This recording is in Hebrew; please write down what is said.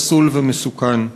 פסול ומסוכן.